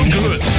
good